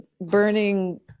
burning